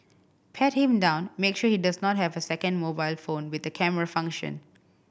pat him down make sure he does not have a second mobile phone with a camera function